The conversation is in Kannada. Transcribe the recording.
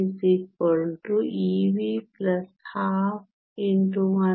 10 34kTInIn1